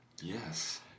Yes